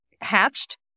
hatched